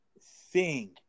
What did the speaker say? sing